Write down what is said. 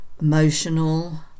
emotional